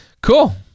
Cool